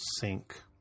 sync